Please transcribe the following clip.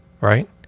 right